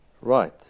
Right